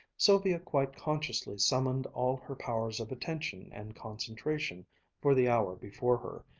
sylvia quite consciously summoned all her powers of attention and concentration for the hour before her,